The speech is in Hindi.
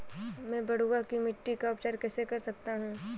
मैं पडुआ की मिट्टी का उपचार कैसे कर सकता हूँ?